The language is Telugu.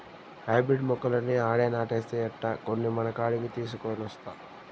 హైబ్రిడ్ మొక్కలన్నీ ఆడే నాటేస్తే ఎట్టా, కొన్ని మనకాడికి తీసికొనొస్తా